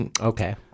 okay